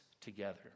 together